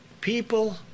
people